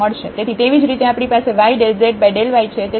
તેથી તેવી જ રીતે આપણી પાસે y∂z∂y છે